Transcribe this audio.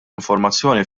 informazzjoni